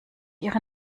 ihre